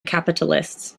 capitalists